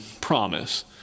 promise